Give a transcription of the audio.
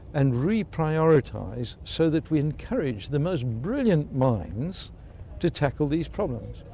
and reprioritise so that we encourage the most brilliant minds to tackle these problems.